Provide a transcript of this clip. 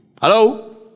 Hello